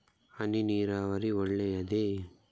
ಹನಿ ನೀರಾವರಿ ಒಳ್ಳೆಯದೇ?